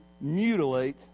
mutilate